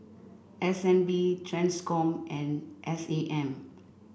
S N B TRANSCOM and S A M